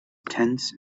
tense